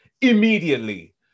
immediately